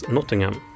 Nottingham